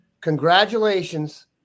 Congratulations